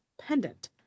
pendant